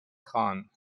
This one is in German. kran